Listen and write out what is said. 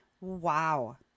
Wow